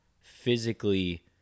physically